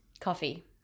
Coffee